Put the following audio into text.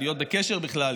להיות בקשר בכלל,